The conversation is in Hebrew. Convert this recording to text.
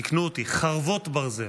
תיקנו אותי: חַרְבוֹת ברזל,